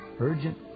urgent